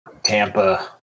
Tampa